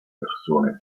persone